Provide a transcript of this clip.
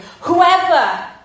whoever